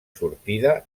sortida